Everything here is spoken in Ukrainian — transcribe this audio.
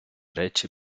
речі